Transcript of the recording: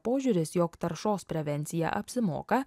požiūris jog taršos prevencija apsimoka